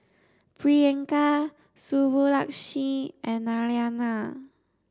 Priyanka Subbulakshmi and Naraina